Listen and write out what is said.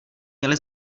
měli